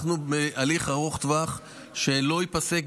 אנחנו בהליך ארוך טווח שלא ייפסק,